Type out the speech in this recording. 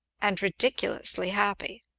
and ridiculously happy.